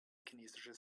chinesisches